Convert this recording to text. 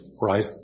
right